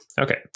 Okay